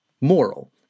moral